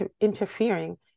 interfering